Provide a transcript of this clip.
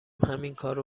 همینکارو